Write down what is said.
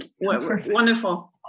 wonderful